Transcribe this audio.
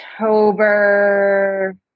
October